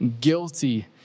guilty